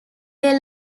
they